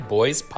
Boys